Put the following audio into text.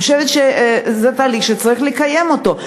אני חושבת שזה תהליך שצריך לקיים אותו.